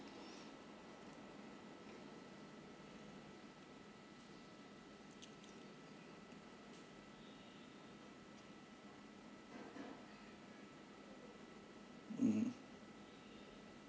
mm